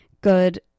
good